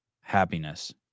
happiness